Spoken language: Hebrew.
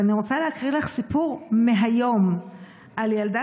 ואני רוצה להקריא לך סיפור מהיום על ילדה